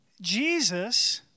Jesus